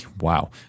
wow